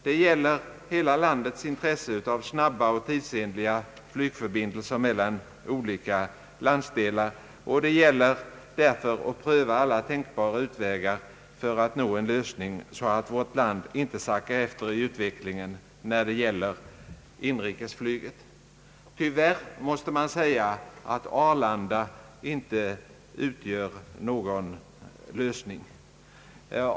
Här gäller det hela landets intresse av snabba och tidsenliga flygförbindelser mellan olika landsdelar, och det gäller därför att pröva alla tänkbara utvägar för att nå en lösning, så att vårt land inte sackar efter i utvecklingen när det gäller inrikesflyget. Tyvärr måste man säga att Arlanda inte utgör någon lösning.